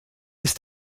ist